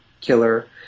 killer